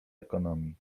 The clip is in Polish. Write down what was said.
ekonomii